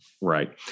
Right